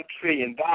trillion